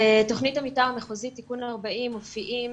בתוכנית המתאר המחוזית תיקון 40 מופיעות